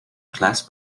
class